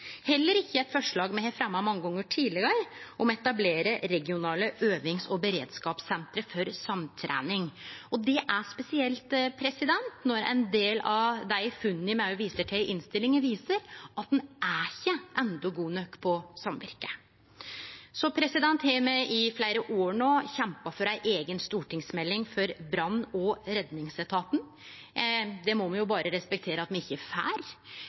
heller ikkje eit forslag me har fremja mange gonger tidlegare, om å etablere regionale øvings- og beredskapssenter for samtrening. Det er spesielt, når ein del av dei funna me òg viser til i innstillinga, viser at ein enno ikkje er gode nok på samvirke. Så har me i fleire år kjempa for ei eiga stortingsmelding for brann- og redningsetaten. Det må me jo berre respektere at me ikkje får.